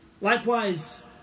Likewise